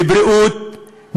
מבריאות,